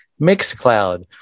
MixCloud